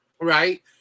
right